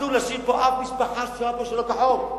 אסור להשאיר פה אף משפחה ששוהה פה שלא כחוק,